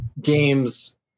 games